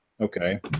Okay